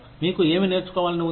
మీకు ఏమి నేర్చుకోవాలని ఉంది